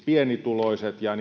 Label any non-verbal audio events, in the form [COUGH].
pienituloiset ja [UNINTELLIGIBLE]